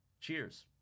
Cheers